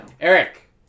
eric